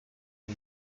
iyi